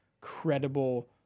credible